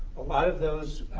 a lot of those